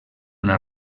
una